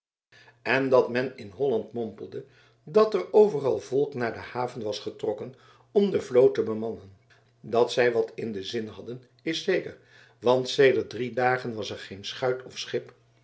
en dat men in holland mompelde dat er overal volk naar de haven was getrokken om de vloot te bemannen dat zij wat in den zin hadden is zeker want sedert drie dagen was er geen schuit of schip